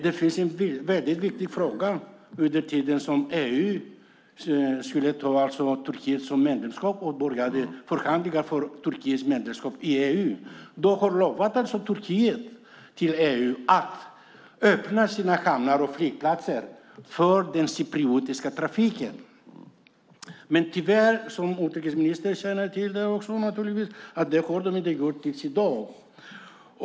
Det finns en fråga som är väldigt viktig när EU förhandlar med Turkiet om medlemskap i EU. Turkiet har lovat EU att öppna sina hamnar och flygplatser för den cypriotiska trafiken. Men tyvärr, som utrikesministern känner till, har det inte skett fram till i dag.